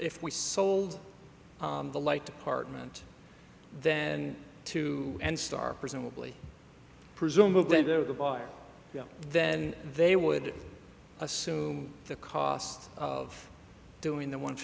if we sold the light department then to and start presumably presumably there was a buyer then they would assume the cost of doing the one